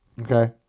Okay